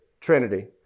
Trinity